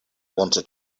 wanted